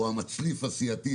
או המצליף הסיעתי,